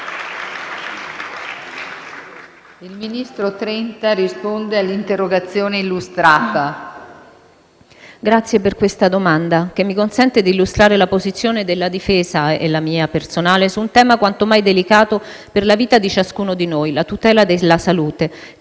Signor Presidente, ringrazio la senatrice per questa domanda, che mi consente di illustrare la posizione della Difesa e la mia personale su un tema quanto mai delicato per la vita di ciascuno di noi: la tutela della salute.